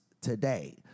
today